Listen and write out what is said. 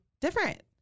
different